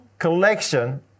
Collection